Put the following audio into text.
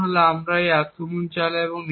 ধারণা হল আমরা এই আক্রমণ চালাই